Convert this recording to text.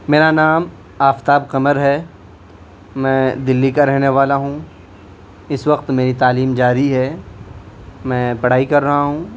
میرا نام آفتاب قمر ہے میں دلی کا رہنے والا ہوں اس وقت میری تعلیم جاری ہے میں پڑھائی کر رہا ہوں